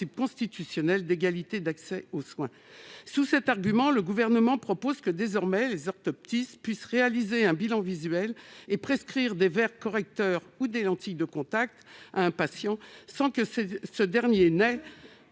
constitutionnel d'égalité d'accès aux soins. Sur le fondement de cet argument, le Gouvernement propose que les orthoptistes puissent désormais réaliser un bilan visuel et prescrire des verres correcteurs ou des lentilles de contact à un patient, sans que ce dernier ait